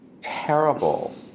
terrible